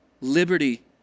liberty